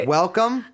welcome